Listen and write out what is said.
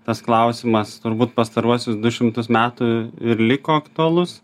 tas klausimas turbūt pastaruosius du šimtus metų ir liko aktualus